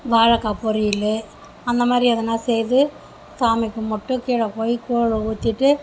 வாழக்காய் பொரியல் அந்தாரி எதுனால் செய்து சாமி கும்பிட்டு கீழே போய் கூழை ஊற்றிட்டு